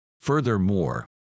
Furthermore